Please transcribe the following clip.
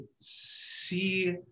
see